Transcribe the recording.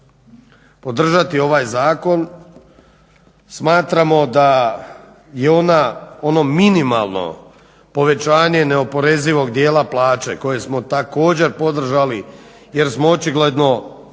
podržati ovaj zakon. Smatramo da je ono minimalno povećanje neoporezivog dijela plaće koje smo također podržali jer smo očigledno jedni